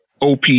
OP